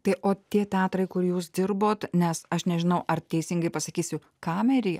tai o tie teatrai kur jūs dirbot nes aš nežinau ar teisingai pasakysiu kamerei